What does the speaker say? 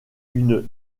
une